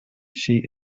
she